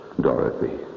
Dorothy